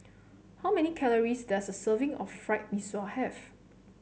how many calories does a serving of Fried Mee Sua have